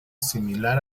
similar